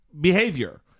behavior